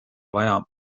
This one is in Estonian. vaja